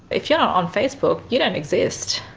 if you're not on facebook, you don't exist.